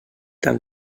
tan